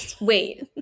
Wait